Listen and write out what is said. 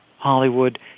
Hollywood